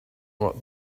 what